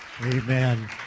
Amen